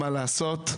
ולעשות.